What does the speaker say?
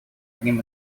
одним